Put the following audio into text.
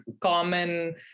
common